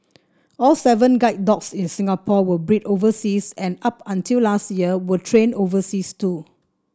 all seven guide dogs in Singapore were bred overseas and up until last year were trained overseas too